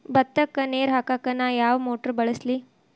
ಭತ್ತಕ್ಕ ನೇರ ಹಾಕಾಕ್ ನಾ ಯಾವ್ ಮೋಟರ್ ಬಳಸ್ಲಿ?